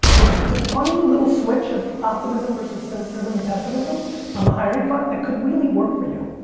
it's it's a funny little switch of optimism versus cynicism and pessimism on the hiring front that could really work for you.